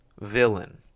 villain